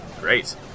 Great